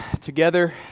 together